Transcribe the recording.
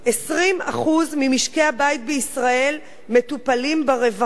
20% ממשקי הבית בישראל מטופלים ברווחה.